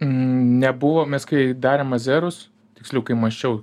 nebuvom mes kai darėm azerus tiksliau kai mąsčiau